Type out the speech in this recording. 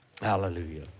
Hallelujah